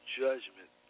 judgment